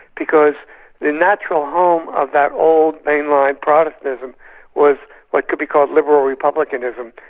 because the natural home of that old mainline protestantism was what could be called liberal republicanism,